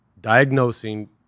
Diagnosing